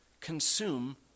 Consume